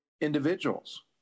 individuals